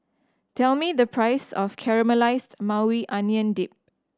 tell me the price of Caramelized Maui Onion Dip